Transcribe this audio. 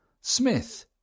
Smith